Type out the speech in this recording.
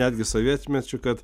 netgi sovietmečiu kad